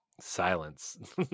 Silence